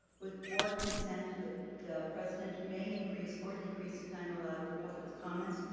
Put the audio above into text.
with board consent, the the president may increase or decrease the time allowed for public comments,